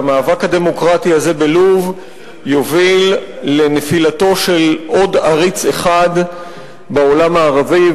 שהמאבק הדמוקרטי הזה בלוב יוביל לנפילתו של עוד עריץ אחד בעולם הערבי,